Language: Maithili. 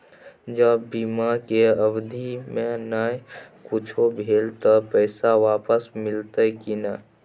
ज बीमा के अवधि म नय कुछो भेल त पैसा वापस मिलते की नय?